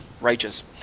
righteous